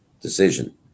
decision